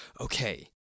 okay